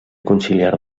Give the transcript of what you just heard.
conciliar